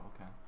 okay